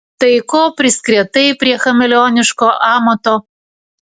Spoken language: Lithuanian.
tai ko priskretai prie chameleoniško amato